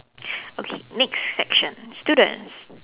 okay next section students